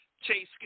Chase